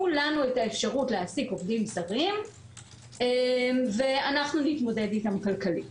לנו את האפשרות להעסיק עובדים זרים ואנחנו נתמודד אתם כלכלית".